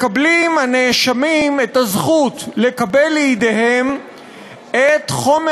הנאשמים מקבלים את הזכות לקבל לידיהם את חומר